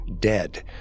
dead